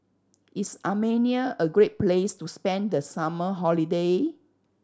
is Armenia a great place to spend the summer holiday